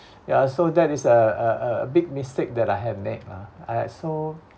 ya so that is uh uh uh big mistake that I have made lah alright so